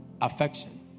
Affection